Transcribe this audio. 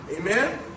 Amen